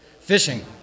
fishing